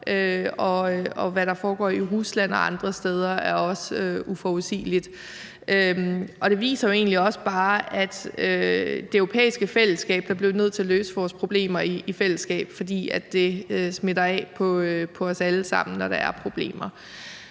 og hvad der foregår i Rusland og andre steder, er også uforudsigeligt, og det viser jo egentlig også bare, at vi i det europæiske fællesskab bliver nødt til at løse vores problemer i fællesskab, fordi det smitter af på os alle sammen, når der er problemer.